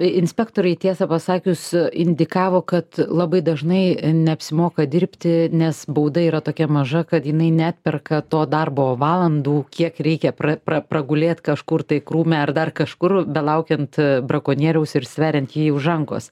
inspektoriai tiesą pasakius indikavo kad labai dažnai neapsimoka dirbti nes bauda yra tokia maža kad jinai neatperka to darbo valandų kiek reikia pra pra pragulėt kažkur tai krūme ar dar kažkur belaukiant brakonieriaus ir stveriant jį už rankos